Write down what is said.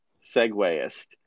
segueist